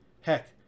Heck